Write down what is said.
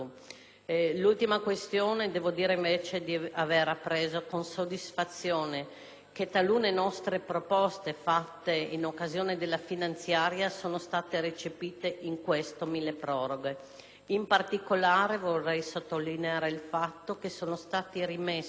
*una tantum*. Devo dire, invece, di avere appreso con soddisfazione che talune nostre proposte fatte in occasione della finanziaria sono state recepite in questo milleproroghe; in particolare, vorrei sottolineare il fatto che sono stati